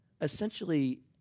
essentially